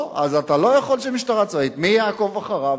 לא, אז אתה לא יכול שמשטרה צבאית, מי יעקוב אחריו?